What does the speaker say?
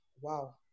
wow